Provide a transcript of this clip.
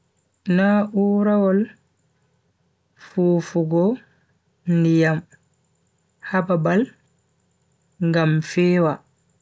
Na'urawol fufugo ndiyam ha babal ngam fewa.